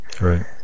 Right